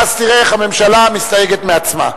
ואז תראה איך הממשלה מסתייגת מעצמה.